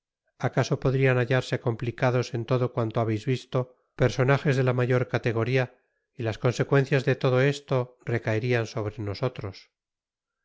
acaso podrian hallarse complicados en todo cuanto habeis visto personajes de la mayor categoria y las consecuencias de todo esto recaerian sobre nosotros